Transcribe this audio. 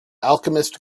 alchemist